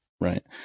right